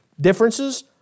differences